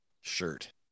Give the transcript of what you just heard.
shirt